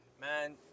man